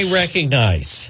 recognize